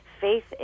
faith